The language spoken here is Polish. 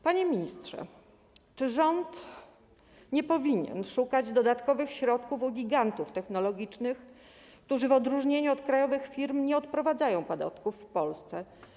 Panie ministrze, czy rząd nie powinien szukać dodatkowych środków u gigantów technologicznych, którzy w odróżnieniu od krajowych firm nie odprowadzają podatków w Polsce?